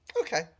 Okay